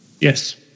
Yes